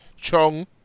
Chong